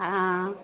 हँ